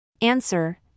Answer